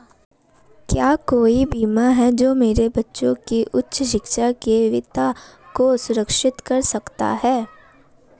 क्या कोई बीमा है जो मेरे बच्चों की उच्च शिक्षा के वित्त को सुरक्षित करता है?